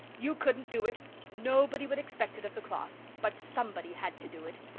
you couldn't do it nobody would expect it of the cloth but somebody had to do it.